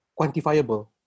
quantifiable